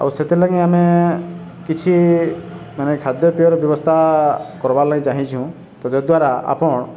ଆଉ ସେଥିଥିଲାଲାଗି ଆମେ କିଛି ମାନେ ଖାଦ୍ୟପିୟର ବ୍ୟବସ୍ଥା କର୍ବାର୍ ଲାଗି ଚାହିଁଛୁଁ ତ ଯଦ୍୍ୱାରା ଆପଣ